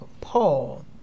Paul